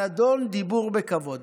הנדון: דיבור בכבוד.